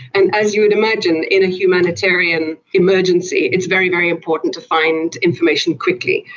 and as you would imagine, in a humanitarian emergency it's very, very important to find information quickly.